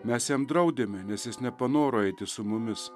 mes jam draudėme nes jis nepanoro eiti su mumis